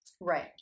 Right